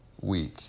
week